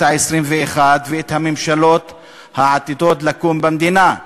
העשרים-ואחת ואת הממשלות העתידות לקום במדינה?